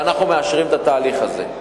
ואנחנו מאשרים את התהליך הזה.